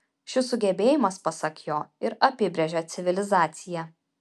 šis sugebėjimas pasak jo ir apibrėžia civilizaciją